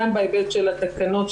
גם בהיבט של התקנות,